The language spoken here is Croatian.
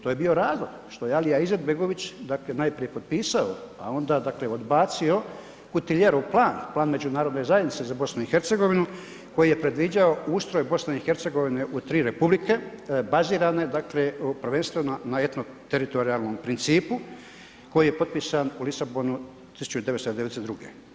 To e bio razlog što je Alija Izetbegović dakle najprije potpisao pa onda odbacio Kutiljerov plan, plan međunarodne zajednice za BiH, koji je predviđao ustroj BiH-a u 3 republike bazirane prvenstveno na etno-teritorijalnom principu koji je potpisan u Lisabonu 1992.